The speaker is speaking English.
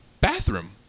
bathroom